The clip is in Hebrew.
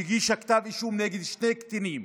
שהיא הגישה כתב אישום נגד שני קטינים.